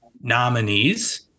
nominees